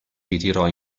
ritirò